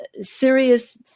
serious